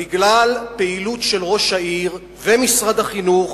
בגלל פעילות של ראש העיר ומשרד החינוך,